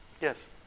Yes